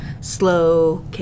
slow